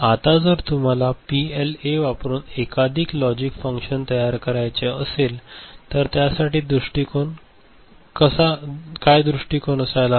आता जर तुम्हाला पीएलए वापरून एकाधिक लॉजिक फंक्शन तयार करायचे असेल तर काय दृष्टिकोन असायला हवा